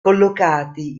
collocati